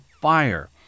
fire